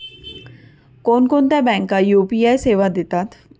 कोणकोणत्या बँका यू.पी.आय सेवा देतात?